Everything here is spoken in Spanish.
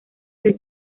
del